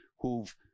who've